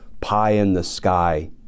pie-in-the-sky